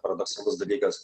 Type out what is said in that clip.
paradoksalus dalykas